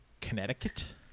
Connecticut